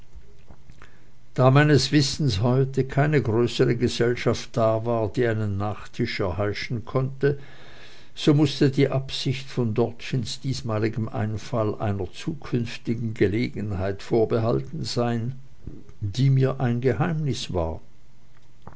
da meines wissens heute keine größere gesellschaft da war die einen nachtisch erheischen konnte so mußte die absicht von dortchens diesmaligem einfall einer zukünftigen gelegenheit vorbehalten sein die mir ein geheimnis war